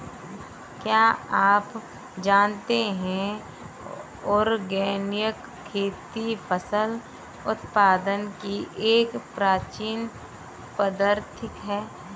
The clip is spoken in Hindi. क्या आप जानते है ऑर्गेनिक खेती फसल उत्पादन की एक प्राचीन पद्धति है?